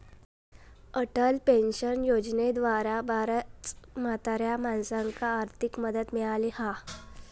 Atal pension योजनेद्वारा बऱ्याच म्हाताऱ्या माणसांका आर्थिक मदत मिळाली हा